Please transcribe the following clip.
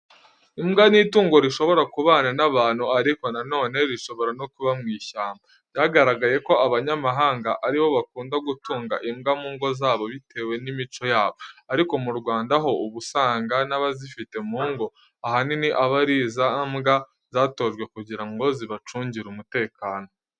Imbwa ni itungo rishobora kubana n'abantu ariko na none rishobora no kwibera mu ishyamba. Byagaragaye ko abanyamahanga ari bo bakunda gutunga imbwa mu ngo zabo bitewe n'imico yabo. Ariko mu Rwanda ho uba usanga n'abazifite mu ngo ahanini aba ari za mbwa zatojwe kugira ngo zibacungire umutekano.